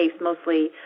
mostly